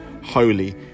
holy